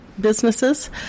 businesses